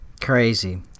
Crazy